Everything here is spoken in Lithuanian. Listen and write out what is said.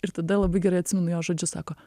ir tada labai gerai atsimenu jo žodžius sako